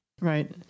Right